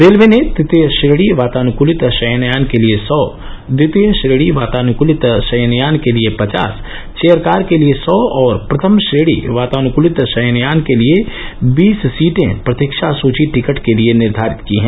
railway ने तृतीय श्रेणी वातानुकूलित शयनयान के लिये सौ द्वितीय श्रेणी वातानुकूलित शयनयान के लिये पचास चेयर कार के लिये सौ और प्रथम श्रेणी वातानुकूलित शयनयान के लिये बीस सीटें प्रतीक्षा सुची टिकट के लिए निर्धारित की हैं